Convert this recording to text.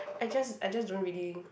I just I just don't really